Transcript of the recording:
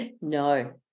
No